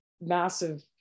massive